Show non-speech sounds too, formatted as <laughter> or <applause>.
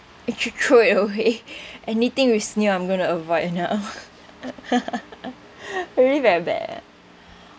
th~ throw it away <breath> anything with snail I'm going to right now <laughs> really very bad ah